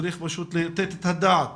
צריך לתת את הדעת